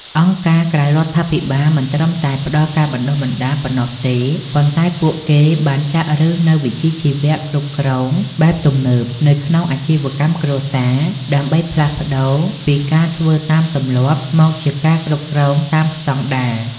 អង្គការក្រៅរដ្ឋាភិបាលមិនត្រឹមតែផ្ដល់ការបណ្ដុះបណ្ដាលប៉ុណ្ណោះទេ ប៉ុន្តែពួកគេបានចាក់ឫសនូវវិជ្ជាជីវៈគ្រប់គ្រងបែបទំនើបទៅក្នុងអាជីវកម្មគ្រួសារ ដើម្បីផ្លាស់ប្តូរពីការធ្វើតាមទម្លាប់ មកជាការគ្រប់គ្រងតាមស្ដង់ដារ។